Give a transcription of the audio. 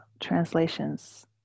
translations